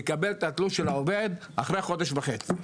מקבל את התלוש של העובד אחרי חודש וחצי.